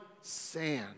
sand